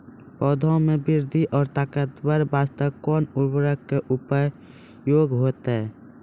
पौधा मे बृद्धि और ताकतवर बास्ते कोन उर्वरक के उपयोग होतै?